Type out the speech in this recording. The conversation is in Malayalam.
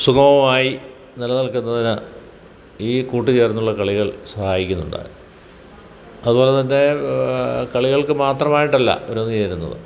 സുഗമമായി നിലനിൽക്കുന്നതിന് ഈ കൂട്ടു ചേർന്നുള്ള കളികൾ സഹായിക്കുന്നുണ്ട് അതുപോലെ തന്നെ കളികൾക്കു മാത്രമായിട്ടല്ല അവരൊന്നു ചേരുന്നത്